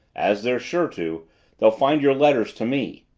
as they're sure to they'll find your letters to me.